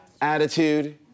Attitude